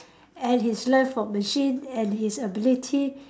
and his love for machine and his ability